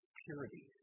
purity